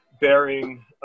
bearing